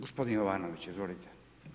Gospodin Jovanović, izvolite.